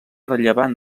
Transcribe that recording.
rellevant